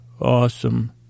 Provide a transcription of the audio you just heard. Awesome